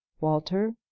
Walter